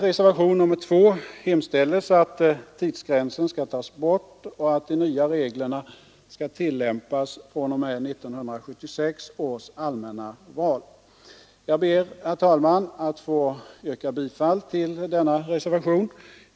reglerna skall tillämpas fr.o.m. 1976 års allmänna val. Jag ber, herr talman, att få yrka bifall till denna reservation.